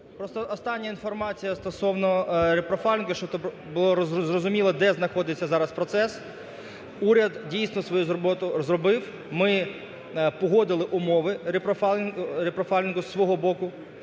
остання інформація стосовно репрофайлінгу, щоб було зрозуміло, де знаходиться зараз процес. Уряд, дійсно, свою роботу зробив, ми погодили умови репрофайлінгу зі свого боку.